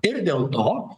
ir dėl to